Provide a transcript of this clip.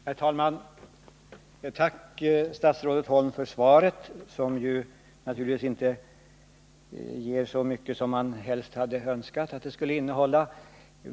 Herr talman! Tack, statsrådet Holm, för svaret, som naturligtvis inte innehåller så mycket som man hade önskat.